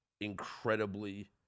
incredibly